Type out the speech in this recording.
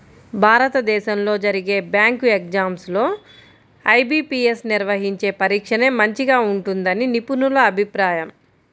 భారతదేశంలో జరిగే bank exams లో ఐ.బీ.పీ.యస్ నిర్వహించే పరీక్షనే మంచిగా ఉంటుందని నిపుణుల అభిప్రాయం